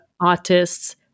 artists